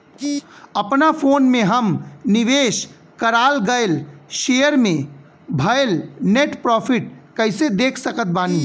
अपना फोन मे हम निवेश कराल गएल शेयर मे भएल नेट प्रॉफ़िट कइसे देख सकत बानी?